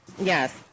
Yes